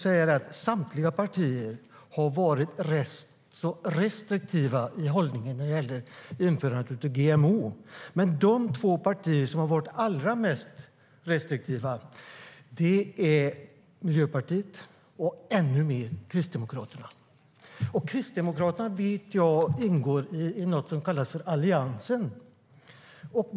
Samtliga partier har varit rätt så restriktiva i hållningen till införandet av GMO. De två partier som har varit allra mest restriktiva är Miljöpartiet och ännu mer Kristdemokraterna. Kristdemokraterna vet jag ingår i något som kallas för Alliansen.